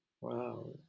Wow